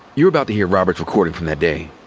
you're about to hear robert's recording from that day.